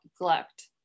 neglect